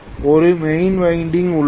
ஒரு main winding உள்ளது